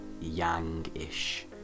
yang-ish